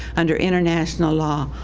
under international law,